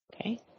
Okay